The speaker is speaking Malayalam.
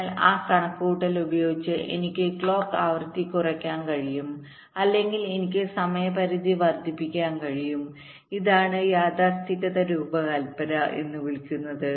അതിനാൽ ആ കണക്കുകൂട്ടൽ ഉപയോഗിച്ച് എനിക്ക് ക്ലോക്ക് ആവൃത്തി കുറയ്ക്കാൻ കഴിയും അല്ലെങ്കിൽ എനിക്ക് സമയപരിധി വർദ്ധിപ്പിക്കാൻ കഴിയും ഇതാണ് യാഥാസ്ഥിതിക രൂപകൽപ്പനഎന്ന് വിളിക്കപ്പെടുന്നത്